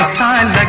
time